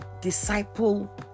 disciple